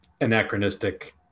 anachronistic